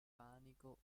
panico